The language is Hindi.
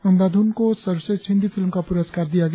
अंधाधुन को सर्वश्रेष्ठ हिंदी फिल्म का पुरस्कार दिया गया